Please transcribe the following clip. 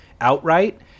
outright